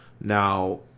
Now